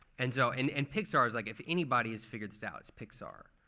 and so and and pixar is like if anybody has figured this out, it's pixar.